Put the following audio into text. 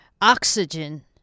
oxygen